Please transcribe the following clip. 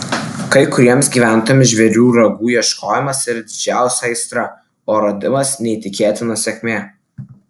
kai kuriems gyventojams žvėrių ragų ieškojimas yra didžiausia aistra o radimas neįtikėtina sėkmė